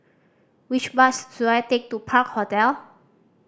which bus should I take to Park Hotel